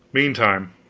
meantime,